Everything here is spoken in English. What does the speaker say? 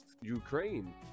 Ukraine